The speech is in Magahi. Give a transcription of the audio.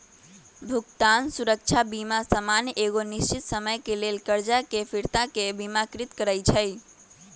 भुगतान सुरक्षा बीमा सामान्य एगो निश्चित समय के लेल करजा के फिरताके बिमाकृत करइ छइ